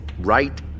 right